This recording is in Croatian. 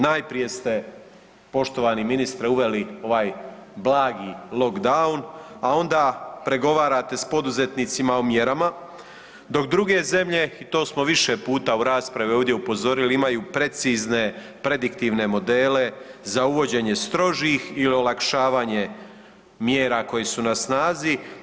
Najprije ste poštovani ministre uveli ovaj blagi lockdown, a onda pregovarate s poduzetnicima o mjerama dok druge zemlje i to smo više puta u raspravi ovdje upozorili, imaju precizne prediktivne modele za uvođenje strožih i olakšavanje mjera koje su na snazi.